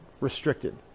restricted